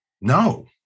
No